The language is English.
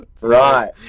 Right